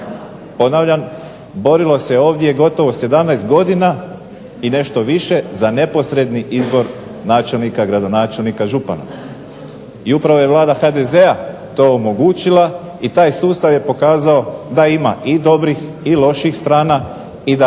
ponavljam borilo se ovdje gotovo 17 godina i nešto više za neposredni izbor načelnika, gradonačelnika, župana. I upravo je Vlada HDZ-a to omogućila i taj sustav je pokazao da ima i dobrih i loših strana, i da očito